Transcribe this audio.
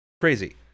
Crazy